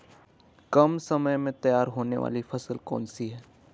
कम समय में तैयार होने वाली फसल कौन सी है?